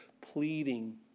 pleading